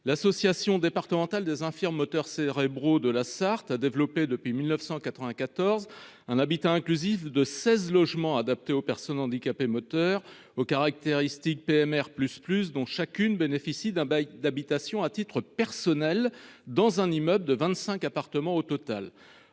l'association départementale des infirmes moteurs cérébraux de la Sarthe a développé depuis 1994 un habitat inclusif de 16 logements adaptés aux personnes handicapées moteur aux caractéristiques PMR plus plus dont chacune bénéficie d'un bail d'habitation à titre personnel dans un immeuble de 25 appartements au total.